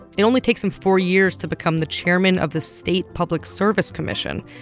it only takes him four years to become the chairman of the state public service commission.